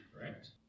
correct